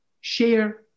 share